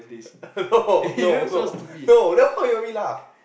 no no no no then why you make me laugh